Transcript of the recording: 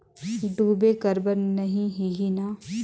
डूबे के बर नहीं होही न?